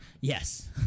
Yes